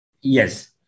Yes